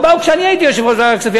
ובאו כשאני הייתי יושב-ראש ועדת הכספים,